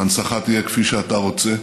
ההנצחה תהיה כפי שאתה רוצה,